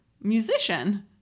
Musician